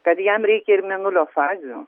kad jam reikia ir mėnulio fazių